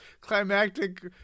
climactic